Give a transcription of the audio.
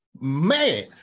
Man